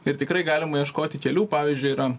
ir tikrai galima ieškoti kelių pavyzdžiui yra